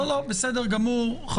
בסדר גמור.